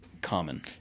common